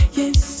yes